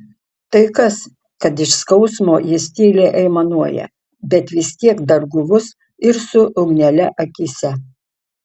tai kas kad iš skausmo jis tyliai aimanuoja bet vis tiek dar guvus ir su ugnele akyse